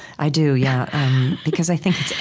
i do, yeah because i think